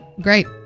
Great